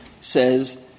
says